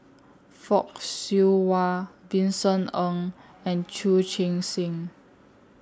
Fock Siew Wah Vincent Ng and Chu Chee Seng